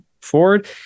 forward